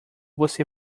você